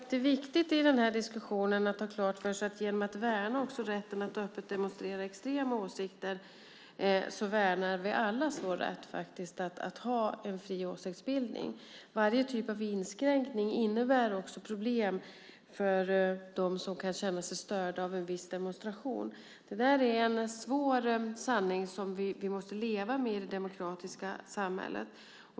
Herr talman! Det är viktigt i den här diskussionen att ha klart för sig att genom att värna rätten att öppet demonstrera också extrema åsikter värnar vi allas vår rätt att ha fri åsiktsbildning. Varje form av inskränkning innebär också problem för dem som kan känna sig störda av en viss demonstration. Det där är en svår sanning som vi måste leva med i det demokratiska samhället.